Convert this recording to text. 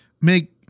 make